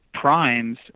primes